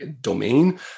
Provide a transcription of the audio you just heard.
domain